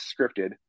scripted